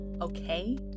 okay